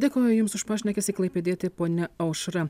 dėkoju jums už pašnekesį klaipėdietė ponia aušra